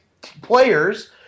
players